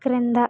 క్రింద